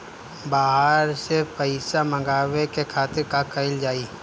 बाहर से पइसा मंगावे के खातिर का कइल जाइ?